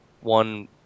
one